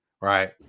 right